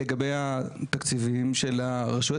לגבי תקציבים של הרשויות,